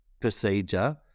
procedure